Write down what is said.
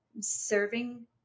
serving